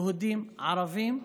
יהודים, ערבים,